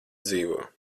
dzīvo